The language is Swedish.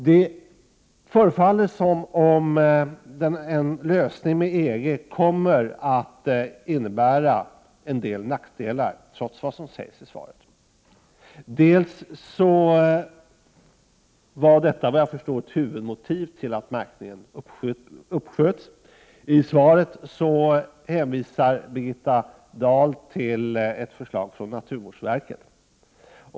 Såvitt jag förstår var det huvudmotivet till att märkningen uppsköts. Det förefaller som om en lösning med EG kommer att innebära en del nackdelar, trots vad som sägs i svaret. I svaret hänvisar Birgitta Dahl till ett förslag från naturvårdsverket.